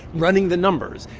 running the numbers.